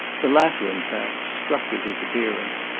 the latter in fact, struck with his appearance,